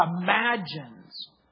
imagines